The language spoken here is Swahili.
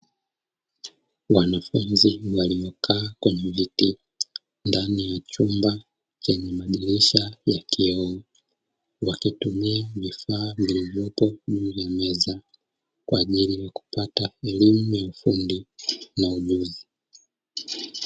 Wanafunzi waliokaa kwenye viti ndani ya chumba chenye madirisha ya kioo. Wakitumia vifaa vilivyoko juu ya meza, kwa ajili ya kupata elimu ya ufundi na ujuzi.